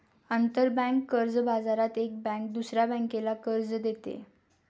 आंतरबँक कर्ज बाजारात एक बँक दुसऱ्या बँकेला कर्ज देते